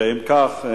אם כך,